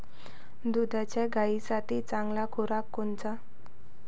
दुधाच्या गायीसाठी चांगला खुराक कोनचा?